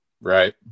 Right